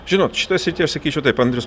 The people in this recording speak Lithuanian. žinot šitoj srity aš sakyčiau taip andrius